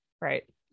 Right